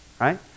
Right